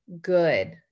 good